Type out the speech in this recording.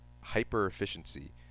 hyper-efficiency